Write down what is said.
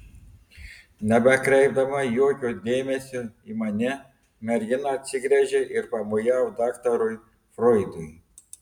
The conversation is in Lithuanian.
nebekreipdama jokio dėmesio į mane mergina atsigręžė ir pamojavo daktarui froidui